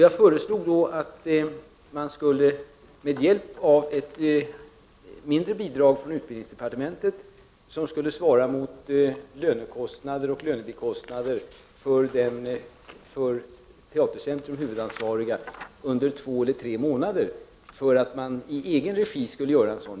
Jag föreslog då att man i egen regi skulle göra en sådan genomgång med hjälp av ett mindre bidrag från utbildningsdepartementet, som skulle svara mot lönekostnader och lönebikostnader för den för Teatercentrum huvudansvariga under två eller tre månader.